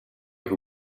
who